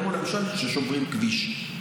כמו למשל כששוברים כביש.